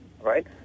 right